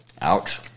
Ouch